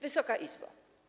Wysoka Izbo!